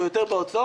או יותר בהוצאות,